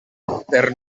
per